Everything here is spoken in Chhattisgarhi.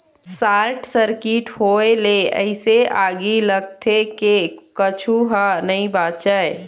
सार्ट सर्किट होए ले अइसे आगी लगथे के कुछू ह नइ बाचय